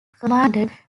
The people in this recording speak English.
commanded